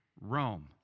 Rome